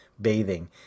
bathing